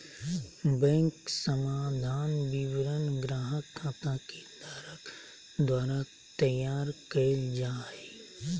bank समाधान विवरण ग्राहक खाता के धारक द्वारा तैयार कइल जा हइ